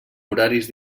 horaris